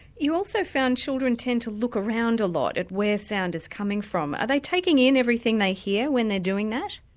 you also found children tend to look around a lot at where sound is coming from. are they taking in everything they hear when they're doing that?